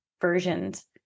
versions